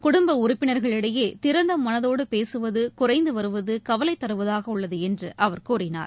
குடும்பஉறுப்பினர்களிடையேதிறந்தமனதோடுபேசுவதுகுறைந்துவருவதுகவலைதருவதாகஉள்ளதுஎன்று அவர் கூறினார்